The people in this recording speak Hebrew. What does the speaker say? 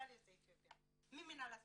כלל יוצאי אתיופיה ממינהל הסטודנטים,